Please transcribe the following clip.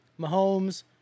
Mahomes